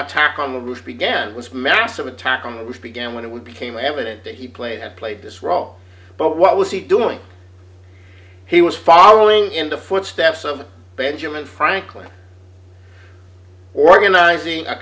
attack on the roof began was massive attack on the which began when we became evident that he played and played this role but what was he doing he was following in the footsteps of benjamin franklin organizing a